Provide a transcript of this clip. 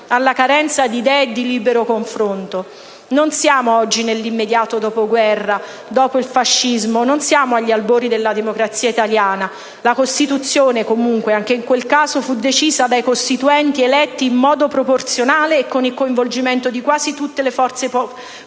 alla carenza di idee e di libero confronto. Non siamo oggi nell'immediato dopoguerra, dopo il fascismo, non siamo agli albori della democrazia italiana. La Costituzione fu comunque decisa dai costituenti eletti in modo proporzionale e con il coinvolgimento di quasi tutte le forze politiche